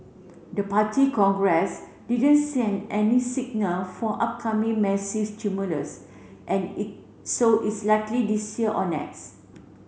the Party Congress didn't send any signal for upcoming massive stimulus and it so it's unlikely this year or next